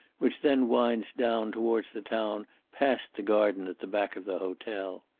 which then winds down towards the town past the garden at the back of the hotel.